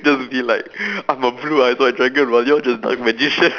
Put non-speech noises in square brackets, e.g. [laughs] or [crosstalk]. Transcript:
just be like [breath] I'm a blue eyes white dragon while you're just dark magician [laughs]